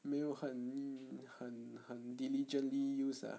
没有很很很 diligently use ah